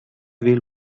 will